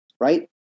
right